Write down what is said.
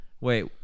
wait